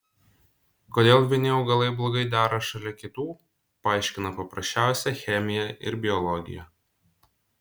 kodėl vieni augalai blogai dera šalia kitų paaiškina paprasčiausia chemija ir biologija